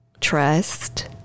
trust